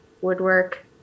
woodwork